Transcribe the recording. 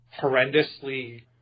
horrendously